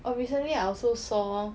oh recently I also saw